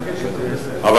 לא מתעקש, רוצה לדבר.